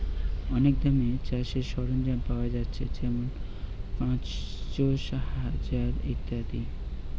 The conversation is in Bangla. অনেক দামে চাষের সরঞ্জাম পায়া যাচ্ছে যেমন পাঁচশ, হাজার ইত্যাদি